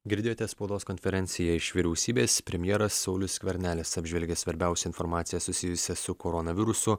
girdėjote spaudos konferenciją iš vyriausybės premjeras saulius skvernelis apžvelgia svarbiausią informaciją susijusią su koronavirusu